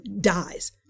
dies